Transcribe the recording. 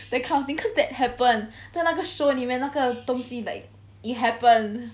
that kind of thing cause that happen 在那个 show 里面那个东西 like it happened